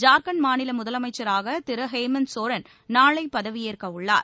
ஜார்க்கண்ட் மாநில முதலமைச்சராக திரு ஹேமந்த் சோரன் நாளை பதவியேற்க உள்ளார்